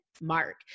mark